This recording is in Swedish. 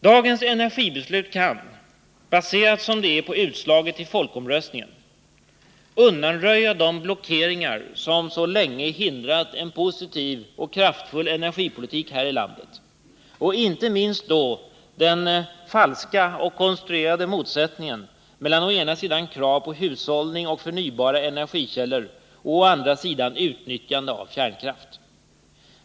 Dagens energibeslut kan, baserat som det är på utslaget i folkomröstningen, undanröja de blockeringar som sedan länge hindrat en positiv och kraftfull energipolitik här i landet, inte minst den helt falska och konstruerade motsättningen mellan å ena sidan krav på hushållning och förnybara energikällor, å andra sidan utnyttjande av kärnkraft.